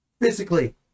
physically